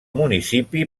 municipi